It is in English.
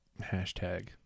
Hashtag